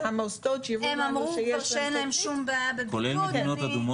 שהמוסדות אמרו שהם מוכנים לזה.